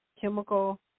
chemical